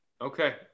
Okay